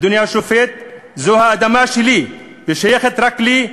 אדוני השופט, זו האדמה שלי, והיא שייכת רק לי,